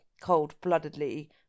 cold-bloodedly